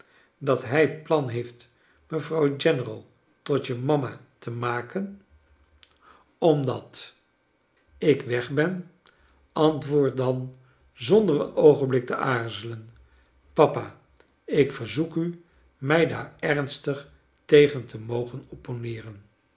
dat hij plan heeft mevrouw general tot je mama te maken omdat ik weg ben antwoord dan zonder een oogenblik te aarzelen papa ik verzoek u mij daar ernstig tegen te mogen opponeeren